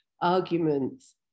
arguments